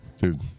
Dude